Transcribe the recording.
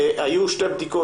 היו שתי בדיקות,